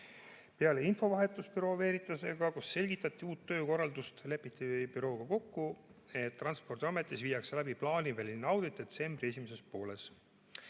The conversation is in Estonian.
Peale infovahetust Bureau Veritasega, kus selgitati uut töökorraldust, lepiti bürooga kokku, et Transpordiametis viiakse läbi plaaniväline audit detsembri esimeses pooles.